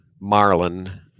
marlin